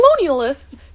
colonialists